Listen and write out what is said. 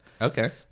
Okay